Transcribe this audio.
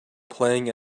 playing